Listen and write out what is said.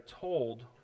told